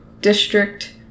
district